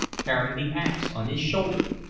carrying the axe on his shoulder.